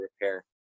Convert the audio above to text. repair